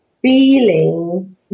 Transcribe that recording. Feeling